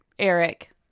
Eric